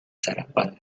sarapan